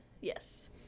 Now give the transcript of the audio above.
Yes